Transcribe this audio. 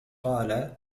قال